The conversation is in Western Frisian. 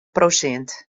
prosint